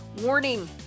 Warning